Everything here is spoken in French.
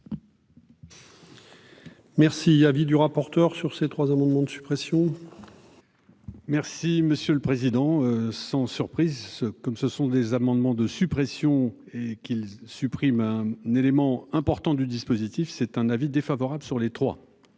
Merci. Avis du rapporteur sur ces trois amendements de suppression. Merci monsieur le président. Sans surprise, comme ce sont des amendements de suppression et qu'il supprime un élément important du dispositif, c'est un avis défavorable sur les trois.